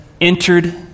entered